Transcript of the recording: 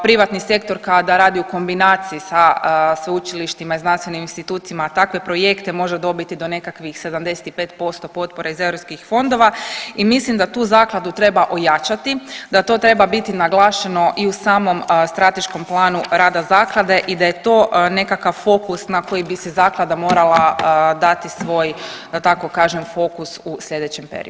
Privatni sektor kada radi u kombinaciji sa sveučilištima i znanstvenim institucijama takve projekte može dobiti do nekakvih 75% potpora iz eu fondova i mislim da tu zakladu treba ojačati, da to treba biti naglašeno i u samom strateškom planu rada zaklade i da je to nekakav fokus na koji bi se zaklada morala dati svoj da tako kažem fokus u sljedećem periodu.